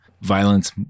Violence